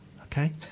okay